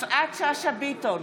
יפעת שאשא ביטון,